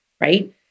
right